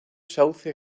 sauce